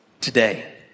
today